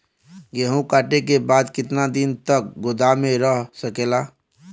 गेहूँ कांटे के बाद कितना दिन तक गोदाम में रह सकेला?